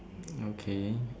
okay